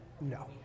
no